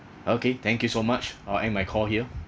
okay thank you so much I'll end my call here